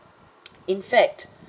in fact